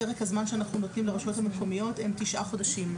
פרק הזמן שאנחנו נותנים לרשויות המקומיות הוא תשעה חודשים,